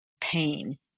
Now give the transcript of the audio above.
pain